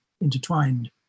intertwined